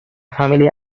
familia